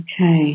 Okay